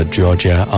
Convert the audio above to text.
Georgia